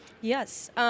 yes